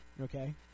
Okay